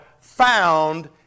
found